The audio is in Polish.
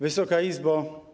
Wysoka Izbo!